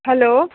hello